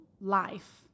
life